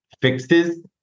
fixes